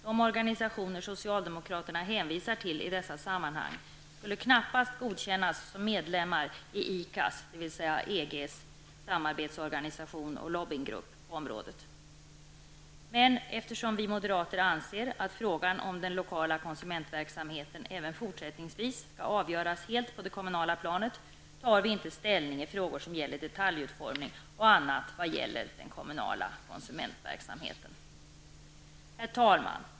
De organisationer som socialdemokraterna hänvisar till i dessa sammanhang skulle knappast godkännas som medlemmar i ICAs, EGs, samarbetsorganisation och logginggrupp på området. Men eftersom vi moderater anser att frågan om den lokala konsumentverksamheten även fortsättningsvis skall avgöras helt på det kommunala planet, tar vi inte ställning i frågor som gäller detaljutformning och annat inom den kommunala konsumentverksamheten.